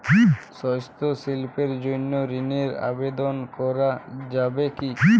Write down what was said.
হস্তশিল্পের জন্য ঋনের আবেদন করা যাবে কি?